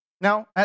Now